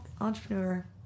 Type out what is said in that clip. entrepreneur